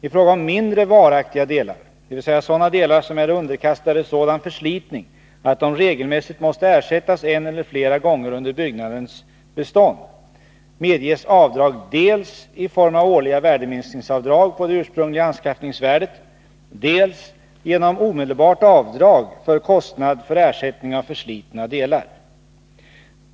I fråga om mindre varaktiga delar — dvs. sådana delar som är underkastade sådan förslitning att de regelmässigt måste ersättas en eller flera gånger under byggnadens bestånd — medges avdrag dels i form av årliga värdeminskningsavdrag på det ursprungliga anskaffningsvärdet, dels genom omedelbart avdrag för kostnad för ersättning av förslitna delar.